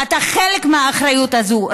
אתה חלק מהאחריות הזאת,